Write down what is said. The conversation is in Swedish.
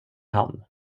han